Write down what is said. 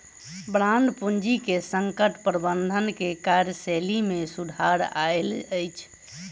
bond पूंजी से संकट प्रबंधन के कार्यशैली में सुधार आयल अछि